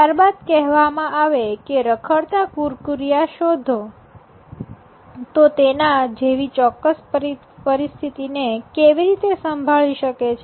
ત્યારબાદ કહેવામાં આવે કે રખડતાં કુરકુરિયા શોધો તો તેના જેવી ચોક્કસ પરિસ્થિતિ ને કેવી રીતે સાંભળી શકે છે